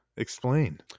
explain